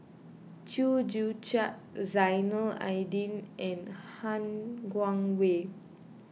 Chew Joo Chiat Zainal Abidin and Han Guangwei